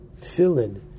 tefillin